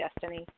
destiny